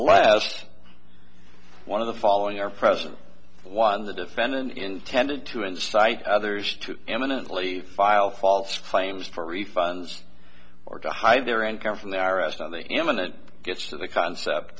last one of the following our present one the defendant intended to incite others to eminently file false claims for refunds or to hide their income from the i r s on the eminent gets to the concept